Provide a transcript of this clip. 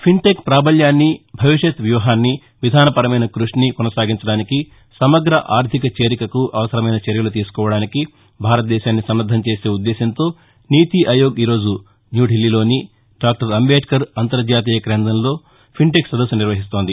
fintech పాబల్యాన్నీ భవిష్యత్ వ్యూహాన్ని విధానపరమైన కృషిని కొనసాగించటానికి సమగ్ర ఆర్థిక చేరికకు అవసరమైన చర్యలు తీసుకోవడానికి భారతదేశాన్ని సన్నద్దం చేసే ఉద్దేశంతో నీతి ఆయోగ్ ఈ రోజు న్యూదిల్లీలోని డాక్టర్ అంబేద్కర్ అంతర్జాతీయ కేంద్రంలో ఫిన్టెక్ సదస్సును నిర్వహిస్తోంది